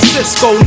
Cisco